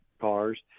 cars